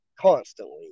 constantly